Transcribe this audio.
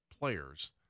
players